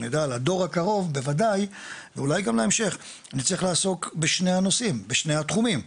לדור הקרוב ואולי גם בהמשך נצטרך לעסוק בשני התחומים,